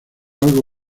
algo